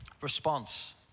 response